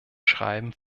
schreiben